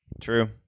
True